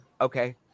Okay